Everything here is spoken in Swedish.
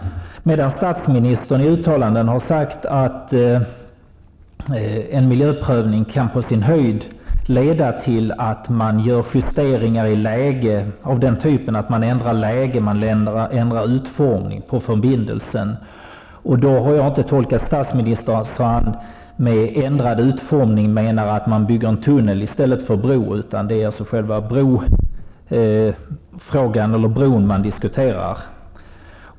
Statsministern har däremot i uttalanden sagt att en miljöprövning på sin höjd kan leda till att man gör justeringar i läge. Man kan t.ex ändra läge eller utformning på förbindelsen. Då har jag inte tolkat statsministern så att han med ändrad utformning menar att man bygger en tunnel i stället för en bro, utan det är alltså själva bron man diskuterar.